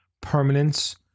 permanence